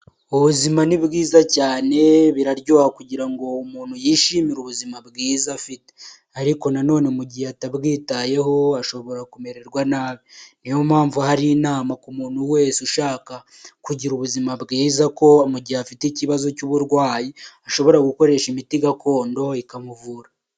Ubuzima ni bwiza cyane biraryoha kugira ngo umuntu yishimire ubuzima bwiza afite ariko nan nonene mu gihe atabwitayeho ashobora kumererwa nabi niyo mpamvu hari inama ku muntu wese ushaka kugira ubuzima bwiza ko mu gihe afite ikibazo cy'uburwayi ashobora gukoresha imiti gakondo ikamuvura.